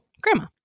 Grandma